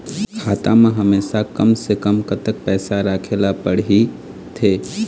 खाता मा हमेशा कम से कम कतक पैसा राखेला पड़ही थे?